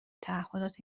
تعهدات